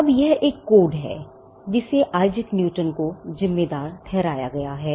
अब यह एक कोड है जिसे आइजैक न्यूटन को जिम्मेदार ठहराया गया है